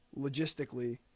logistically